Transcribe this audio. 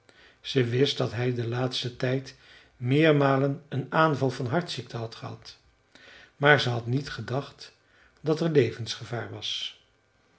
ze wist dat hij den laatsten tijd meermalen een aanval van hartziekte had gehad maar ze had niet gedacht dat er levensgevaar was